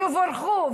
שיבורכו,